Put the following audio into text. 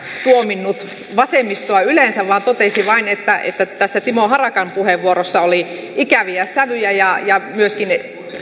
tuominnut vasemmistoa yleensä vaan totesi vain että että tässä timo harakan puheenvuorossa oli ikäviä sävyjä ja ja myöskin